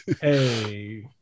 Hey